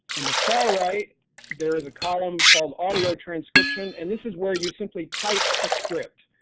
in the far right there is a column called audio transcription and this is where you simply type a script.